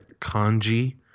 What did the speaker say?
Kanji